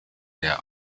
der